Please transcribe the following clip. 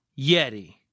Yeti